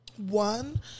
One